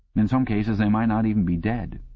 in some cases they might not even be dead.